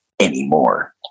anymore